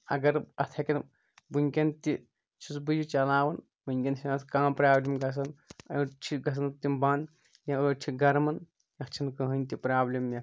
اَگر اَتھ ہٮ۪کن وٕنٛکین تہِ چھُس بہٕ یہِ چلاوان وٕنکیٚن چھنہٕ اتھ کانٛہہ برابلم گژھان أڈۍ چھِ گژھان تِم بنٛد یا أڈۍ چھِ گرمان تَتھ چھنہٕ کٕہینۍ تہِ پرابلِم مےٚ